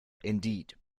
indeed